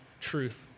truth